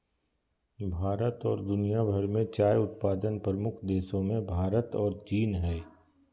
भारत और दुनिया भर में चाय उत्पादन प्रमुख देशों मेंभारत और चीन हइ